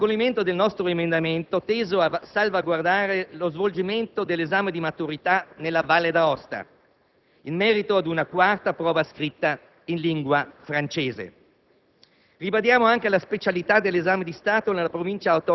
Salutiamo pertanto con favore l'accoglimento del nostro emendamento teso a salvaguardare lo svolgimento dell'esame di maturità nella Valle d'Aosta, in merito ad una quarta prova scritta in lingua francese.